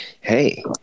hey